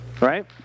right